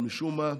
אבל משום מה,